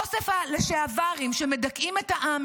אוסף הלשעברים שמדכאים את העם,